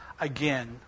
again